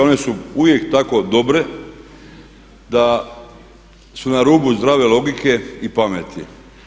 One su uvijek tako dobre da su na rubu zdrave logike i pameti.